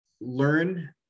Learn